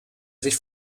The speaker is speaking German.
sich